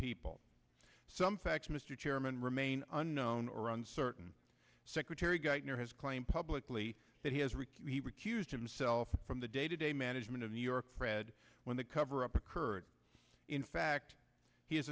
people some facts mr chairman remain unknown or uncertain secretary geithner has claimed publicly that he has rick he recused himself from the day to day management of new york fred when the cover up occurred in fact he